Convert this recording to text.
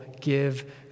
give